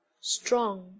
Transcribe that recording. strong